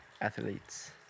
Athletes